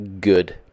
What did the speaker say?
good